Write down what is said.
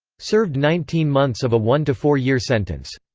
served nineteen months of a one to four-year sentence.